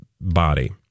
body